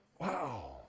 Wow